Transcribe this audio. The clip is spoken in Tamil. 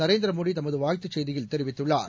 நரேந்திர மோடி தமது வாழ்த்துச் செய்தியில் தெரிவித்துள்ளார்